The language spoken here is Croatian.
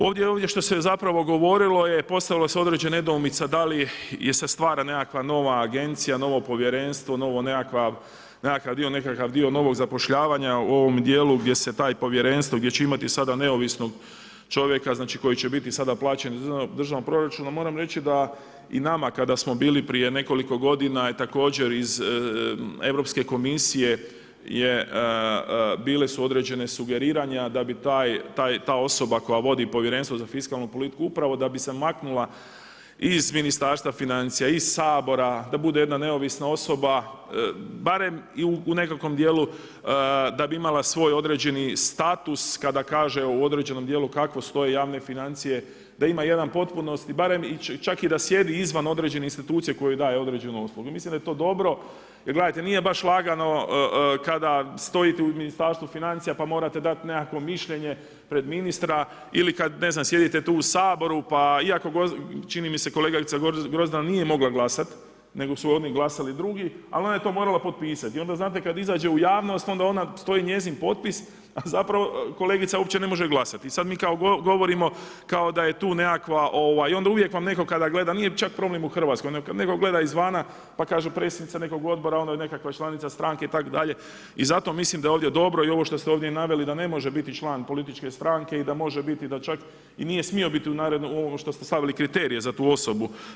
Ovdje što se zapravo govorilo, postavila se određena nedoumica da li se stvara nekakva nova agencija, novo povjerenstvo, novi nekakav dio novog zapošljavanja u ovom djelu gdje se taj povjerenstvo, gdje će imati sada neovisnog čovjeka koji će biti sada plaćen iz državnog proračuna, moram reći da i nama kada smo bili prije nekoliko godina je također iz europske komisije bile su određena sugeriranja da ta osoba koja vodi povjerenstvo za fiskalnu politiku, upravo da bi se maknula iz Ministarstva financija, iz Sabora, da bude jedna neovisna osoba, barem i u nekakvom djelu da bi imala svoj određeni status kada kažem u određenom djelu kako stoje javne financije, da ima jedna potpunosti, čak i da sjedi izvan određene institucije koju … Mislim da je to dobro, gledajte, nije baš lagano kada stojite u Ministarstvu financija pa morate dati nekakvo mišljenje pred ministra ili kad ne znam, sjedite tu u Saboru, čini mi se kolegica Grozdana nije mogla glasat, nego su oni glasali drugi, ali ona je to morala potpisat, onda znate kad izađe u javnost onda stoji njezin potpis, a zapravo kolegica uopće ne može glasati i sad mi govorimo kao da je tu nekakva i onda vam uvijek netko kada gleda, nije čak problem u Hrvatskoj, nego kad netko gleda iz vana pa kaže predsjednica nekog odbora, onda nekakva članica stranke itd. i zato mislim da je ovdje dobro i ovo što ste ovdje naveli da ne može biti član političke stranke i da može biti da čak i nije smio biti u ovo što ste stavili kriterije za tu osobu.